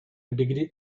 degree